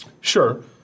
Sure